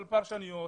של פרשנויות.